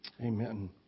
Amen